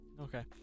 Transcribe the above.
Okay